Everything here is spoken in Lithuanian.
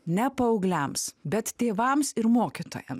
ne paaugliams bet tėvams ir mokytojam